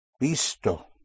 visto